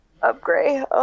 upgrade